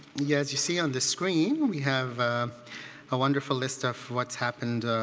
yeah, as you see on the screen, we have a wonderful list of what's happened,